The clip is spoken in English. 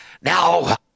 Now